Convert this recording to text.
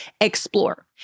explore